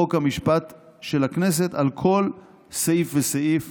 חוק ומשפט של הכנסת על כל סעיף וסעיף